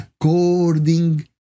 according